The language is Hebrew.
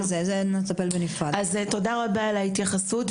תודה רבה על ההתייחסות,